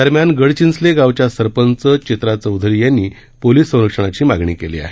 दरम्यान गडचिंचले गावच्या सरपंच चित्रा चौधरी यांनी पोलीस संरक्षणांची मागणी केली आहे